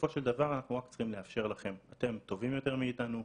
בסופו של דבר אנחנו רק צריכים לאפשר לכם אתם טובים יותר מאיתנו,